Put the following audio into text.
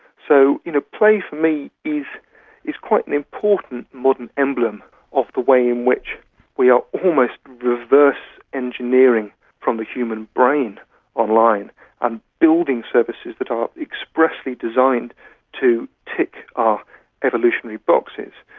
so you know play for me is is quite an important modern emblem of the way in which we are almost reverse engineering from the human brain online and building services that are expressly designed to our evolutionary boxes,